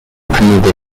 kınadı